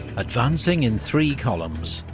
advancing in three columns,